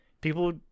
People